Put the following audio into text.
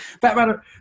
Batman